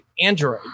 Android